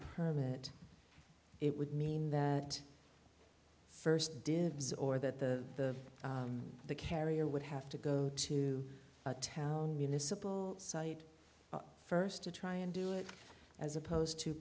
permit it would mean that first divs or that the carrier would have to go to a town municipal site first to try and do it as opposed to